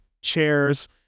chairs